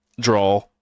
draw